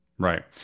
Right